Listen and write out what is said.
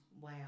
Wow